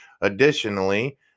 Additionally